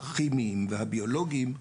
הכימיים והביולוגיים,